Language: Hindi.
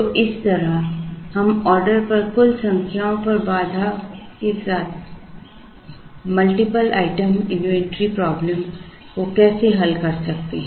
तो इस तरह हम ऑर्डर की कुल संख्या पर बाधाओं के साथ एक मल्टीपल आइटम इन्वेंटरी प्रॉब्लम को कैसे हल करते हैं